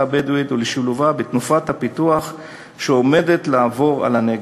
הבדואית ולשילובה בתנופת הפיתוח שעומדת לעבור על הנגב.